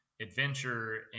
adventure